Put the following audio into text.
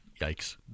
yikes